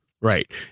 Right